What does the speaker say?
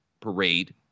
parade